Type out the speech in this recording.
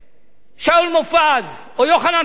שאול מופז או יוחנן פלסנר,